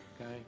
okay